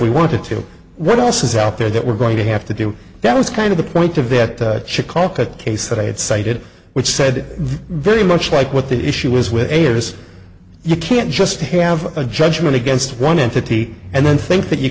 we wanted to know what else is out there that we're going to have to do that was kind of the point of that that case that i had cited which said very much like what the issue was with ayers you can't just have a judgment against one entity and then think that you